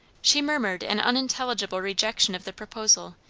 she murmured an unintelligible rejection of the proposal,